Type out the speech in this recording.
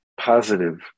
positive